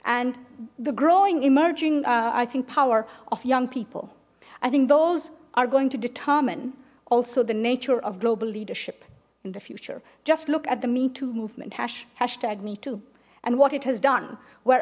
and the growing emerging i think power of young people i think those are going to determine also the nature of global leadership in the future just look at the me movement hash hash tag me too and what it has done wh